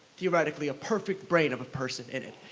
theoretically, a perfect brain of a person in it,